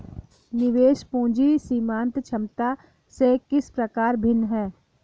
निवेश पूंजी सीमांत क्षमता से किस प्रकार भिन्न है?